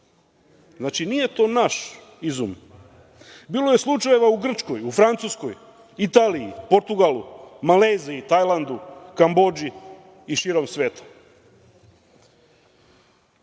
Znači, nije to naš izum. Bilo je slučajeva u Grčkoj, Francuskoj, Italiji, Portugalu, Maleziji, Tajlandu, Kambodži i širom sveta.I